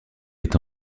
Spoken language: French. est